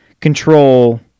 control